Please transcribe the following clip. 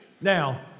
Now